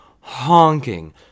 honking